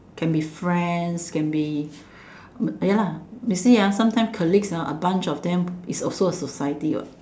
can be friends can be ya lah you see ah sometime colleagues ah a bunch of them is also a society what